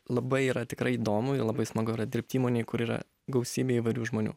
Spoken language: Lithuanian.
labai yra tikrai įdomu labai smagu yra dirbt įmonėj kur yra gausybė įvairių žmonių